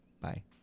Bye